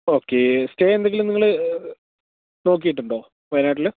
okay stay എന്തെങ്കിലും നിങ്ങള് നോക്കിയിട്ടുണ്ടോ വയനാട്ടില്